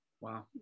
Wow